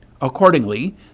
Accordingly